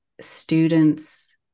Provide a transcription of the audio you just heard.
students